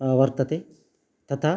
वर्तते तथा